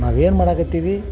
ನಾವೇನು ಮಾಡಾಕತ್ತೀವಿ